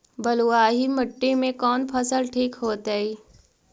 बलुआही मिट्टी में कौन फसल ठिक होतइ?